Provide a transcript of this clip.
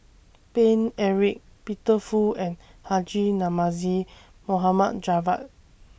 Paine Eric Peter Fu and Haji Namazie Mohd Javad